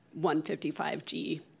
155G